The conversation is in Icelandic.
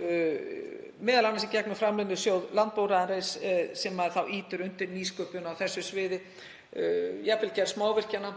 m.a. í gegnum Farmleiðnisjóð landbúnaðarins sem ýtir þá undir nýsköpun á þessu sviði, jafnvel gerð smávirkjana.